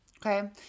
Okay